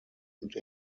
und